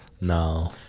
no